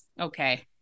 Okay